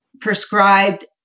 prescribed